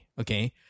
okay